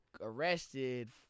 arrested